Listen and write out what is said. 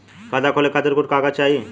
खाता खोले के खातिर कुछ कागज चाही?